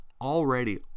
already